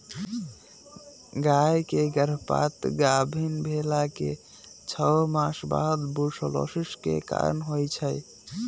गाय के गर्भपात गाभिन् भेलाके छओ मास बाद बूर्सोलोसिस के कारण होइ छइ